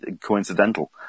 coincidental